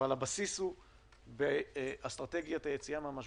הבסיס הוא אסטרטגיית היציאה מהמשבר.